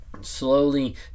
slowly